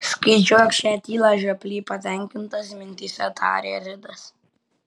skaičiuok šią tylą žioply patenkintas mintyse tarė ridas